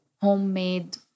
homemade